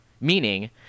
meaning